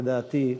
לדעתי,